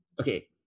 Okay